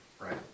right